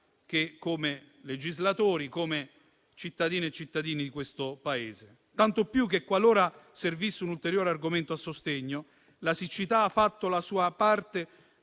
che come legislatori, come cittadine e cittadini di questo Paese. Tanto più che, qualora servisse un ulteriore argomento a sostegno, la siccità ha fatto la sua parte